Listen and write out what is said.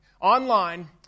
online